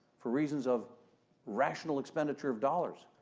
for reasons of rational expenditure of dollars,